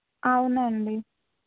అవును అండి